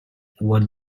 what